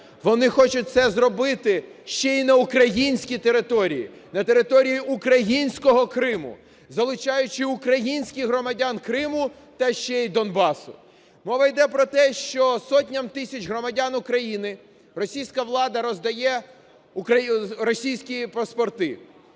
вони хочуть це зробити ще і на українській території, на території українського Криму, залучаючи українських громадян Криму та ще і Донбасу. Мова йде про те, що сотням тисяч громадян України російська влада роздає російські паспорти,